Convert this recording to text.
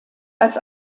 als